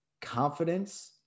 confidence